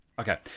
Okay